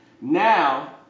now